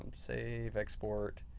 um save, export,